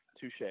Touche